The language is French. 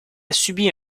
subi